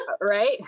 right